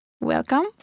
Welcome